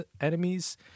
enemies